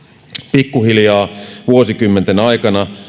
pikkuhiljaa vuosikymmenten aikana